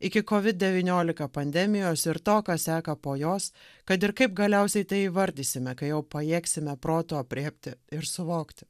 iki kovid devyniolika pandemijos ir to kas seka po jos kad ir kaip galiausiai tai įvardysime kai jau pajėgsime protu aprėpti ir suvokti